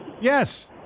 Yes